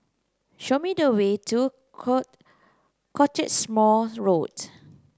show me the way to Cottesmore Road